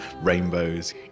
rainbows